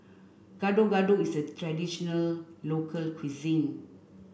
Gado gado is a traditional local cuisine